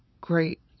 great